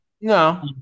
No